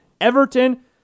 Everton